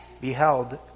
beheld